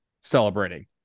celebrating